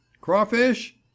Crawfish